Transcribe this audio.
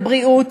את הבריאות,